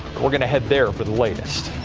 we're going to head there for the latest.